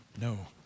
no